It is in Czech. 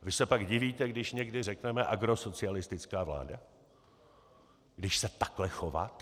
Vy se pak divíte, když pak někdy řekneme agrosocialistická vláda, když se takhle chováte?